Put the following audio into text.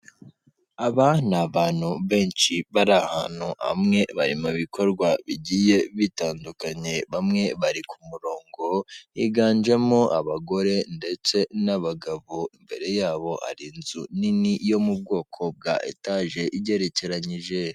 Aba ni abantu benshi bari ahantu hamwe bari mu bikorwa bigiye bitandukanye bamwe bari ku murongo higanjemo abagore ndetse n'abagabo, imbere yabo hari inzu nini yo mu bwoko bwa etaje igerekeranyije.